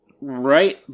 right